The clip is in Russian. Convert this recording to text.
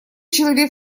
человек